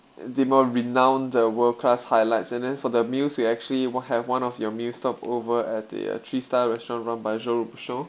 the more renowned uh world class highlights and then for the meals we actually will have one of your meal stop over at the uh three star restaurant run by